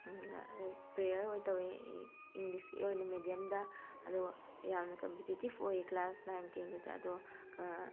prayer ꯑꯣꯏ ꯇꯧꯋꯦ ꯏꯪꯂꯤꯁꯀꯤ ꯑꯣꯏꯅ ꯃꯦꯗꯤꯌꯝꯗ ꯑꯗꯣ ꯌꯥꯝꯅ ꯀꯝꯄꯤꯇꯤꯇꯤꯞ ꯑꯣꯏ ꯀ꯭ꯂꯥꯁ ꯅꯥꯏꯟ ꯇꯦꯟꯗꯨꯗ ꯑꯗꯨꯒ